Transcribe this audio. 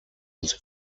als